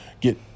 get